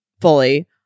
fully